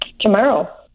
Tomorrow